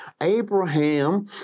Abraham